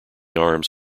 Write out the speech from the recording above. arms